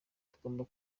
tugomba